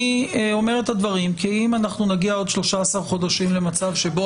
אני אומר את הדברים כי אם אנחנו נגיע עוד 13 חודשים למצב שבו